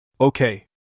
Okay